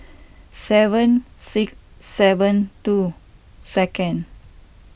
seven seven two second